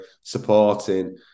supporting